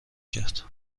کرد